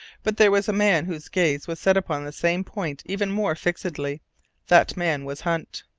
but there was a man whose gaze was set upon the same point even more fixedly that man was hunt.